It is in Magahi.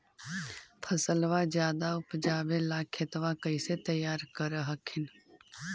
फसलबा ज्यादा उपजाबे ला खेतबा कैसे तैयार कर हखिन?